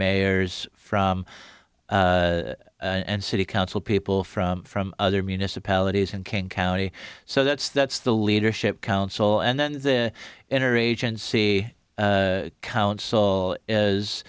mayors from and city council people from from other municipalities in king county so that's that's the leadership council and then the inner agency coun